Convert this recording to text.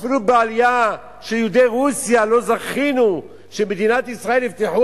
אפילו בעלייה של יהודי רוסיה לא זכינו שבמדינת ישראל נפתחו